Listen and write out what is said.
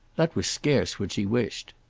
that was scarce what she wished.